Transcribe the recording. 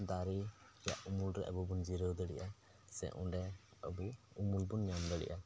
ᱫᱟᱨᱮ ᱨᱮᱭᱟᱜ ᱩᱢᱩᱞ ᱨᱮ ᱟᱵᱚ ᱵᱚᱱ ᱡᱤᱨᱟᱹᱣ ᱫᱟᱲᱮᱭᱟᱜᱼᱟ ᱥᱮ ᱚᱸᱰᱮ ᱟᱵᱚ ᱩᱢᱩᱞ ᱵᱚᱱ ᱧᱟᱢ ᱫᱟᱲᱮᱭᱟᱜᱼᱟ